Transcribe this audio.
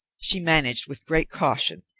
she managed, with great caution,